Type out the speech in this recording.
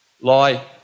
lie